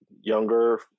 younger